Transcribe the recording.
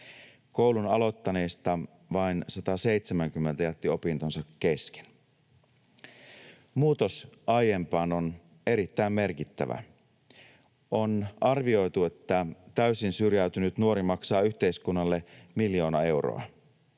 Koulun aloittaneista vain 170 jätti opintonsa kesken. Muutos aiempaan on erittäin merkittävä. On arvioitu, että täysin syrjäytynyt nuori maksaa yhteiskunnalle miljoona euroa,